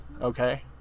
okay